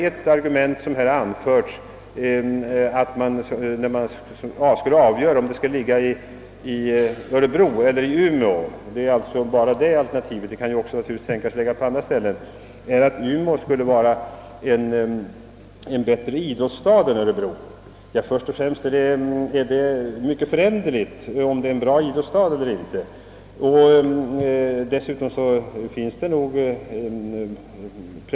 Ett av de argument som anförts i fråga om en förläggning till Örebro eller till Umeå — naturligtvis kan en förläggning tänkas även till andra platser — är att Umeå skulle vara en bättre idrottsstad än Örebro. Först och främst måste sägas att en rangordning i detta avseende är ett föränderligt begrepp.